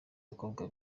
bakobwa